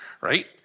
right